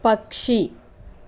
పక్షి